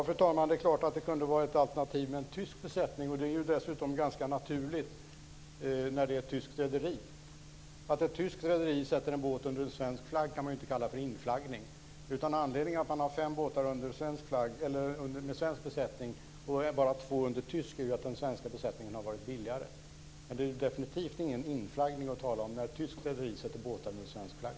Fru talman! Det är klart att en tysk besättning kunde ha varit ett alternativ. Det är dessutom ganska naturligt när det gäller ett tyskt rederi. Att ett tyskt rederi sätter en båt under svensk flagg kan man inte kalla inflaggning, utan anledningen till att man har fem båtar med svensk besättning och enbart två under tysk är att den svenska besättningen har varit billigare. Det är definitivt inte fråga om någon inflaggning när ett tyskt rederi sätter båtar under svensk flagg.